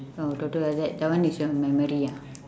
oh toto like that that one is your memory ah